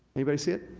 anybody see it?